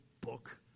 book